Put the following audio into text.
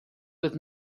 with